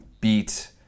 beat